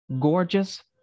gorgeous